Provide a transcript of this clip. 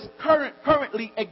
currently